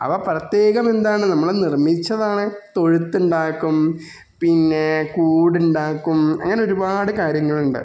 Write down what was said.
അവ പ്രത്യേകമെന്താണ് നമ്മള് നിർമ്മിച്ചതാണ് തൊഴുത്തുണ്ടാക്കും പിന്നെ കൂടുണ്ടാക്കും അങ്ങനൊരുപാട് കാര്യങ്ങളുണ്ട്